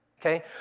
Okay